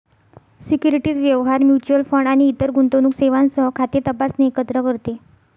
securities व्यवहार, mutual fund आणि इतर गुंतवणूक सेवांसह खाते तपासणे एकत्र करते